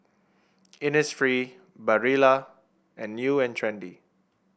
Innisfree Barilla and New And Trendy